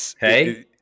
hey